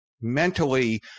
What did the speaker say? mentally